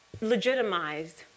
legitimized